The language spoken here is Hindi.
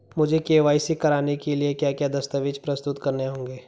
मुझे के.वाई.सी कराने के लिए क्या क्या दस्तावेज़ प्रस्तुत करने होंगे?